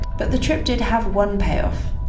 but the trip did have one payoff.